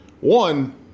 one